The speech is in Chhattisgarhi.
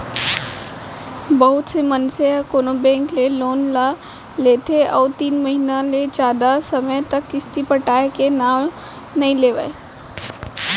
बहुत से मनसे ह कोनो बेंक ले लोन ले लेथे अउ तीन महिना ले जादा समे तक किस्ती पटाय के नांव नइ लेवय